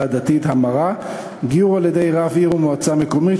הדתית (המרה) (גיור על-ידי רב עיר ומועצה מקומית),